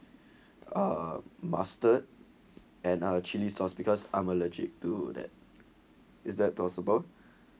a mustard and a chili sauce because I'm allergic to that is that if that possible